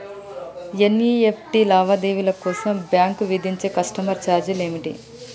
NEFT లావాదేవీల కోసం bank విధించే కస్టమర్ ఛార్జీలు ఏమిటి?